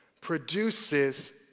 produces